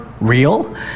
real